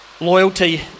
loyalty